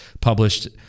published